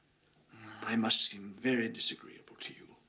i must seem very disagreeable to you.